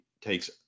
takes